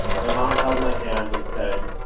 my mom held my hand, and said,